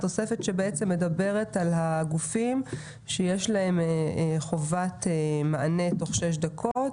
תוספת שבעצם מדברת על הגופים שיש להם חובת מענה תוך שש דקות,